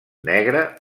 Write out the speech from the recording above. negre